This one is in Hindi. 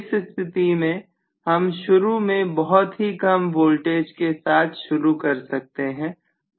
इस स्थिति में हम शुरू में बहुत ही कम वोल्टेज के साथ शुरू कर सकते हैं